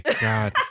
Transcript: God